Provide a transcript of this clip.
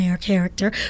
character